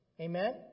Amen